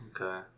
okay